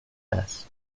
best